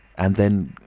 and then,